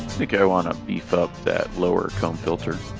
think i wanna beef up that lower comb filter